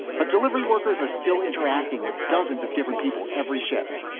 but delivery workers are still interacting with dozens of different people every shift.